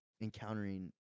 encountering